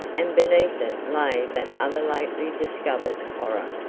and beneath it lay that other lately discovered horror.